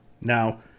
Now